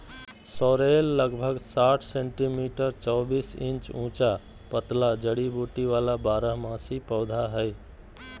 sorrel लगभग साठ centimetre चौबीस इंच ऊंचा पतला जड़ी बूटी वाला बारहमासी पौधा हइ